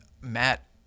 Matt